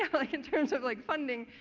yeah but like in terms of like funding.